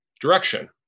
direction